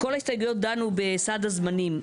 כל ההסתייגויות דנו בסעד הזמנים.